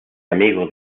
amigo